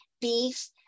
beef